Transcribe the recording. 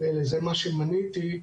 זה מה שמניתי,